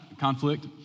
Conflict